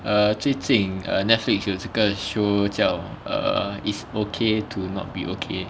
err 最近 err Netflix 有这个 show 叫 err it's okay to not be okay